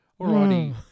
Alrighty